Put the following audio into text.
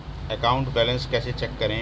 Account balance कैसे check करें?